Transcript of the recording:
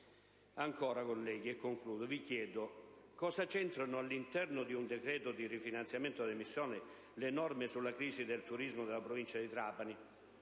Ancora, colleghi, vi chiedo: cosa c'entrano, all'interno di un decreto di rifinanziamento delle missioni, le norme sulla crisi del turismo nella provincia di Trapani,